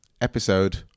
episode